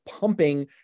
pumping